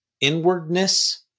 inwardness